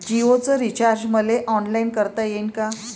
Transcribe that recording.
जीओच रिचार्ज मले ऑनलाईन करता येईन का?